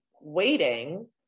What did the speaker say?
waiting